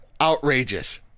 outrageous